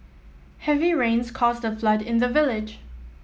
heavy rains caused a flood in the village